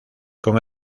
con